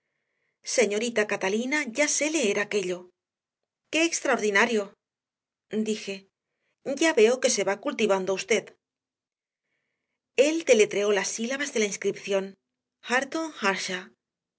señorita catalina ya sé leer aquello qué extraordinario dije ya veo que se va cultivando usted él deletreó las sílabas de la inscripción hareton